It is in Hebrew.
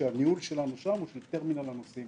כשהניהול שלנו שם הוא של טרמינל הנוסעים